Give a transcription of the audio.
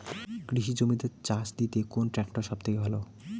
কৃষি জমিতে চাষ দিতে কোন ট্রাক্টর সবথেকে ভালো?